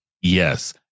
Yes